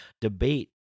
debate